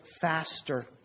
faster